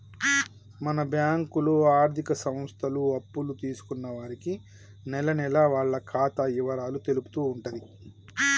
మన బ్యాంకులో ఆర్థిక సంస్థలు అప్పులు తీసుకున్న వారికి నెలనెలా వాళ్ల ఖాతా ఇవరాలు తెలుపుతూ ఉంటుంది